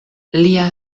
lia